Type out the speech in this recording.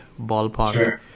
ballpark